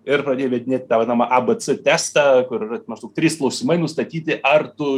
ir pradėjo įvedinėti tą vadinamą abc testą kur yra maždaug trys klausimai nustatyti ar tu